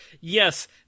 yes